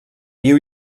viu